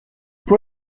pour